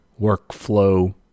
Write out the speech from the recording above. workflow